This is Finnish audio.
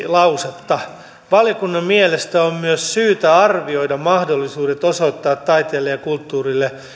lausetta valiokunnan mielestä on myös syytä arvioida mahdollisuudet osoittaa taiteelle ja kulttuurille